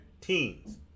teens